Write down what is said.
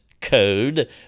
code